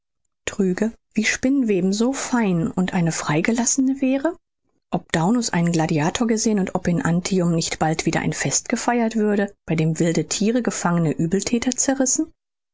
trüge wie spinnweb so fein und eine freigelassene wäre ob daunus einen gladiator gesehen und ob in antium nicht bald wieder ein fest gefeiert würde bei dem wilde thiere gefangene uebelthäter zerrissen